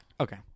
Okay